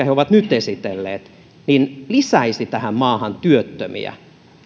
he ovat nyt esitelleet nyt otettaisiin toteutukseen se lisäisi tähän maahan työttömiä